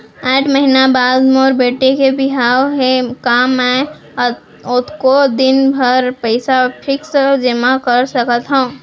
आठ महीना बाद मोर बेटी के बिहाव हे का मैं ओतका दिन भर पइसा फिक्स जेमा कर सकथव?